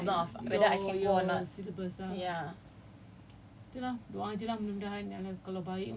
no but the thing is it's not the problem of COVID now [what] it's not the problem of whether I can go or not ya